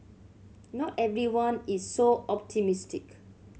not everyone is so optimistic